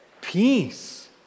Peace